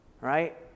Right